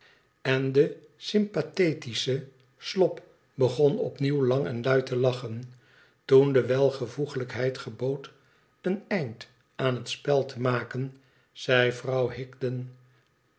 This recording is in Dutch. en de sympathetische slop begon opnieuw lang en luid te lachen toen de welvoeglijkheid gebood een eind aan het spel te maken zei vrouw higden